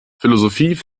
philosophie